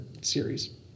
series